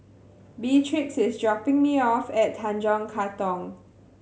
Beatrix is dropping me off at Tanjong Katong